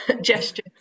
gesture